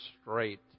straight